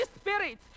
Spirit